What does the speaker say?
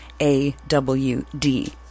A-W-D